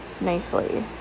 nicely